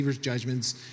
judgments